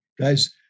guys